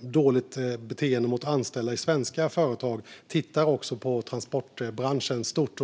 dåligt beteende mot anställda i svenska företag också tittar på transportbranschen i stort.